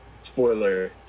spoiler